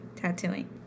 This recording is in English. tattooing